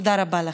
תודה רבה לכם.